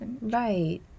Right